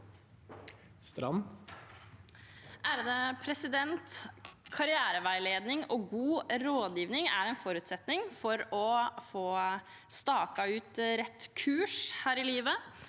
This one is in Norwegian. Strand (Sp) Karriere- veiledning og god rådgivning er en forutsetning for å få staket ut rett kurs her i livet.